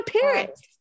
parents